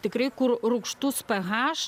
tikrai kur rūgštus haš